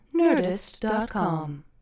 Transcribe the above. Nerdist.com